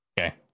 okay